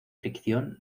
fricción